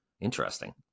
Interesting